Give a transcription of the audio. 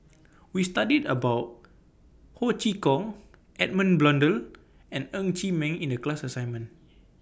We studied about Ho Chee Kong Edmund Blundell and Ng Chee Meng in The class assignment